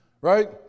Right